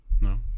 No